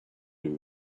who